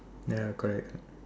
ya correct